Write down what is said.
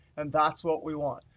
and that's what we want.